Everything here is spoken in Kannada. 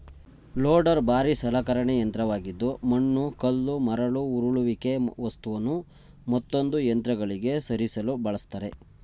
ಲೋಡರ್ ಭಾರೀ ಸಲಕರಣೆ ಯಂತ್ರವಾಗಿದ್ದು ಮಣ್ಣು ಕಲ್ಲು ಮರಳು ಉರುಳಿಸುವಿಕೆ ವಸ್ತುನು ಮತ್ತೊಂದು ಯಂತ್ರಗಳಿಗೆ ಸರಿಸಲು ಬಳಸ್ತರೆ